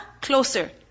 closer